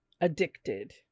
Addicted